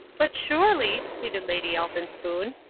but, surely, pleaded lady elphinspoon,